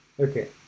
Okay